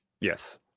Yes